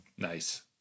Nice